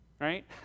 right